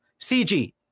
cg